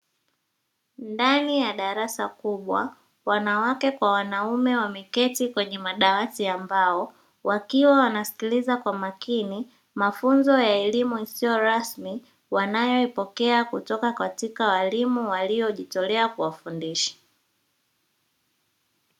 Ndani ya darasa kubwa wanawake kwa wanaume wameketi kwenye madawati ya mbao wakiwa wanasikiliza kwa makini mafunzo ya elimu isiyo rasmi wanayoipokea kutoka katika walimu waliojitolea kuwafundisha.